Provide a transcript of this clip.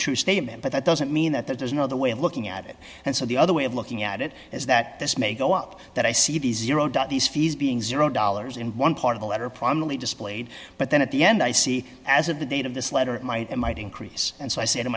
true statement but that doesn't mean that there's another way of looking at it and so the other way of looking at it is that this may go up that i see the zero doubt these fees being zero dollars and one dollar part of a letter prominently displayed but then at the end i see as of the date of this letter it might it might increase and so i say to